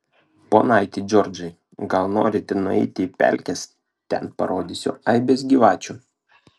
ponaiti džordžai gal norite nueiti į pelkes ten parodysiu aibes gyvačių